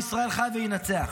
עם ישראל חי וינצח.